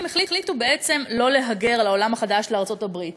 החליטו בעצם לא להגר לעולם החדש לארצות-הברית.